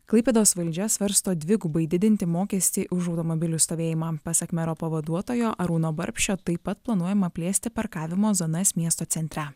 klaipėdos valdžia svarsto dvigubai didinti mokestį už automobilių stovėjimą pasak mero pavaduotojo arūno barbšio taip pat planuojama plėsti parkavimo zonas miesto centre